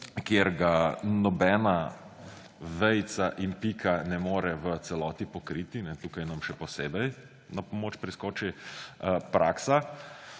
kjer ga nobena vejica in pika ne more v celoti pokriti – tukaj nam še posebej na pomoč priskoči praksa.